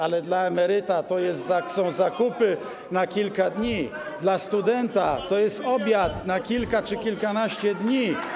ale dla emeryta to są zakupy na kilka dni, dla studenta to jest obiad na kilka czy kilkanaście dni.